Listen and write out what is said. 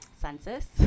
census